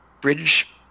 bridge